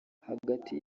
hagati